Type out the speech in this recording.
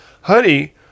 honey